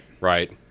Right